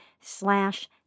slash